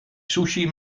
sushi